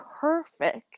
perfect